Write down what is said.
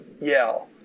yell